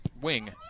wing